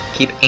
Keep